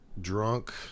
drunk